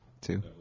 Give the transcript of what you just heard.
two